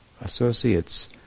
associates